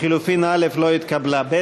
לחלופין (א) לא התקבלה.